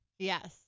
Yes